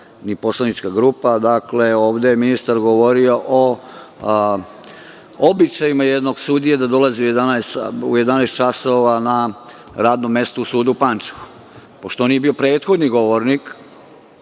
ni poslanička grupa. Dakle, ovde je ministar govorio o običajima jednog sudije da dolazi u 11.00 časova na radno mesto u sud u Pančevu. Pošto on nije bio prethodni govornik